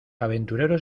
aventureros